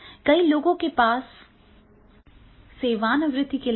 कई लोगों के पास सेवानिवृत्ति के लक्ष्य हैं आपकी सेवानिवृत्ति के पेशेवर लक्ष्य